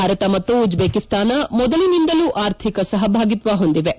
ಭಾರತ ಮತ್ತು ಉಜ್ಜೇಕಿಸ್ತಾನ ಮೊದಲಿನಿಂದಲೂ ಆರ್ಥಿಕ ಸಹಭಾಗಿತ್ವ ಹೊಂದಿವೆ